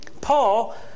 Paul